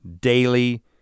daily